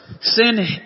Sin